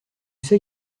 sais